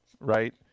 right